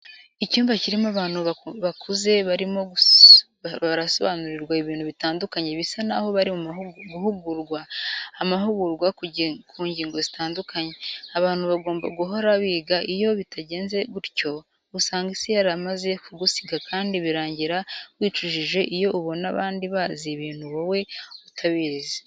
Icyumba kirimo abantu bakuze barimo barasobanurirwa ibintu bitandukanye bisa naho bari guhabwa amahugurwa ku ngingo zitandukanye. Abantu bagomba guhora biga, iyo bitagenze gutyo usanga Isi yaramaze kugusiga kandi birangira wicujije iyo ubona abandi bazi ibintu wowe utabizi.